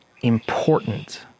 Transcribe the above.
important